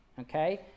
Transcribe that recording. Okay